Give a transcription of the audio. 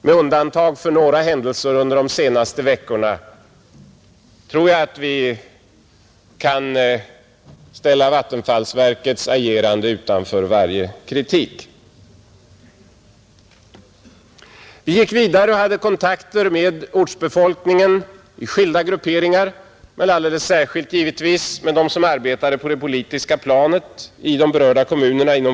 Med undantag för några händelser under de senaste veckorna tror jag att vi kan ställa vattenfallsverkets agerande utanför varje kritik. Vi gick vidare och hade kontakter med ortsbefolkningen i skilda grupperingar, alldeles särskilt givetvis med dem som arbetar inom vårt parti i de berörda kommunerna.